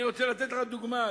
אני רוצה לתת לך דוגמה,